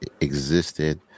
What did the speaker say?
existed